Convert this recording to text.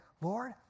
Lord